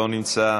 לא נמצא,